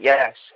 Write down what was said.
Yes